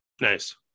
Nice